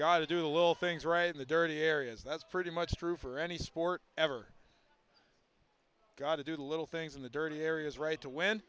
guy to do a little things right in the dirty areas that's pretty much true for any sport ever got to do the little things in the dirty areas right to win